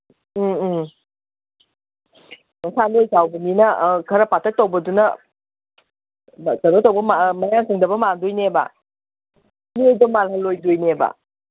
ꯎꯝ ꯎꯝ ꯃꯁꯥ ꯅꯣꯏ ꯆꯥꯎꯕꯅꯤꯅ ꯑꯥ ꯈꯔ ꯄꯥꯇꯛ ꯇꯧꯕꯗꯨꯅ ꯃꯌꯥꯡ ꯀꯪꯗꯕ ꯃꯥꯟꯗꯣꯏꯅꯦꯕ ꯅꯣꯏꯕ ꯃꯥꯜꯍꯜꯂꯣꯏꯗꯣꯏꯅꯦꯕ